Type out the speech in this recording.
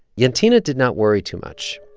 jantine did not worry too much.